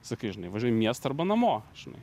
sakai žinai važiuoju į miestą arba namo žinai